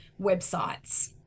websites